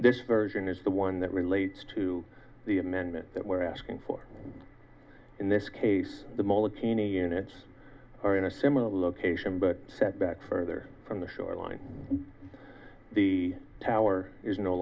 this version is the one that relates to the amendment that we're asking for in this case the mole a teeny units are in a similar location but set back further from the shoreline the tower is no